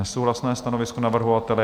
Nesouhlasné stanovisko navrhovatele.